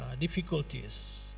difficulties